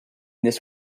this